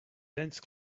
dense